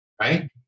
right